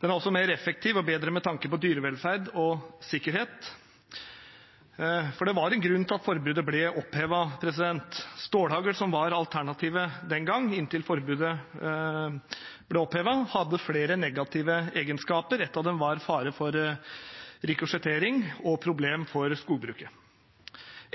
Den er også mer effektiv og bedre med tanke på dyrevelferd og sikkerhet, for det var en grunn til at forbudet ble opphevet. Stålhagl, som var alternativet inntil forbudet ble opphevet, hadde flere negative egenskaper. En av dem var fare for rikosjettering og problem for skogbruket.